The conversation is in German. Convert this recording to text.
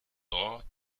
dort